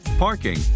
parking